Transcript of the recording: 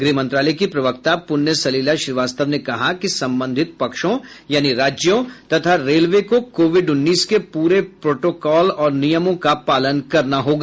गृह मंत्रालय की प्रवक्ता पुणय् सलिला श्रीवास्तव ने कहा कि संबंधित पक्षों यानी राज्यों तथा रेलवे को कोविड उन्नीस के पूरे प्रोटोकाल और नियमों का पालन करना होगा